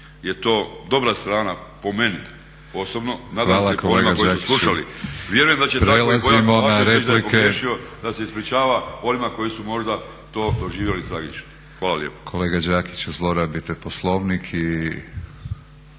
Pa kolega Đakić